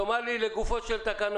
תאמר לי לגופן של תקנות.